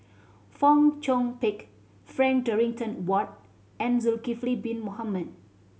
Fong Chong Pik Frank Dorrington Ward and Zulkifli Bin Mohamed